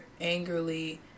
angrily